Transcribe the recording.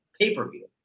pay-per-view